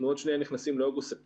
עוד שנייה אנחנו נכנסים לאוגוסט-ספטמבר,